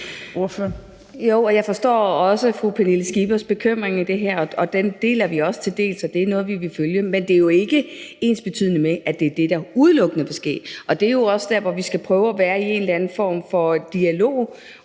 jeg forstår også fru Pernille Skippers bekymring her, den deler vi til dels også, og det er noget, vi vil følge, men det er jo ikke ensbetydende med, at det udelukkende er det, der bør ske. Det er jo også der, hvor vi skal prøve at være i en eller anden form for dialog